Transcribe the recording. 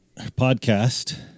podcast